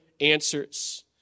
answers